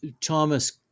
Thomas